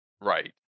right